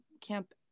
camp